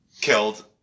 killed